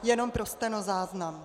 Jenom pro stenozáznam.